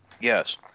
Yes